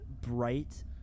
bright